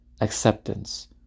acceptance